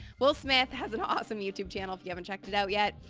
will smith has an awesome youtube channel, if you haven't checked it out yet.